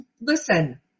listen